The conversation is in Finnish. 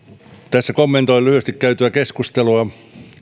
tässä kommentoin lyhyesti käytyä keskustelua